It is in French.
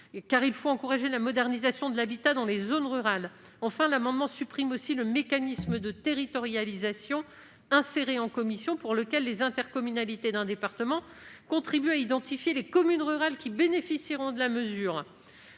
Il faut encourager la modernisation de l'habitat dans les zones rurales. Cet amendement tend aussi à supprimer le mécanisme de territorialisation, inséré en commission, par lequel les intercommunalités d'un département contribuent à identifier les communes rurales qui bénéficieront de la mesure.